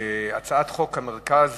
הצעת חוק המרכז